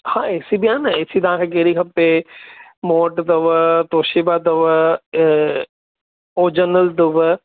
हा A C बि आहे न ए सी तव्हांखे कहिड़ी खपे मूं वटि अथव तोशिबा अथव ऐं ओ जनरल अथव